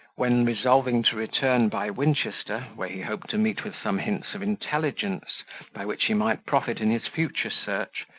when, resolving to return by winchester, where he hoped to meet with some hints of intelligence by which he might profit in his future search,